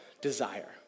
desire